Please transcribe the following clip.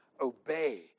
obey